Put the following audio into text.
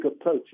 approach